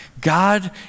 God